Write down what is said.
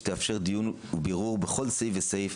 שתאפשר דיון ובירור בכל סעיף וסעיף,